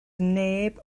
neb